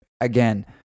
again